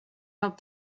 help